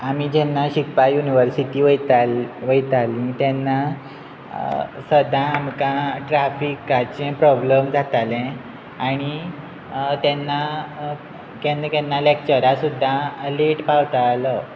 आमी जेन्ना शिकपा युनिव्हर्सिटी वयता वयतालीं तेन्ना सदां आमकां ट्राफिकाचे प्रोब्लम जाताले आनी तेन्ना केन्ना केन्ना लॅक्चरां सुद्दां लेट पावतालो